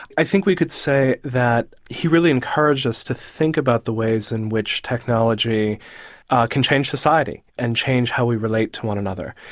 i think we could say that he really encouraged us to think about the ways in which technology can change society and change how we relate to one another.